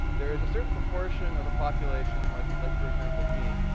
there is a certain proportion of the population like, like for example, me,